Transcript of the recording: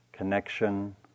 Connection